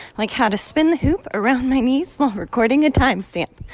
like how to spin the hoop around my knees while recording a timestamp.